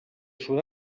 sud